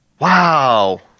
Wow